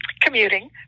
commuting